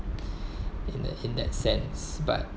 in the in that sense but